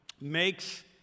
makes